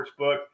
Sportsbook